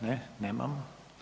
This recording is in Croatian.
Ne nemamo.